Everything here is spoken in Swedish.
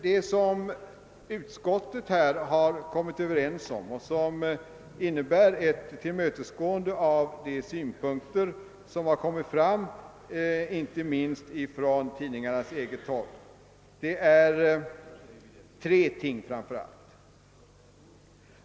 Det som utskottet har kommit överens om och som innebär ett tillmötesgående av de synpunkter som framförts inte minst från tidningarnas eget håll är framför allt tre ting.